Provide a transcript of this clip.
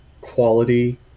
quality